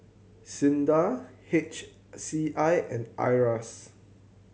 SINDA H C I and IRAS